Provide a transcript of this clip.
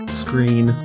screen